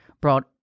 brought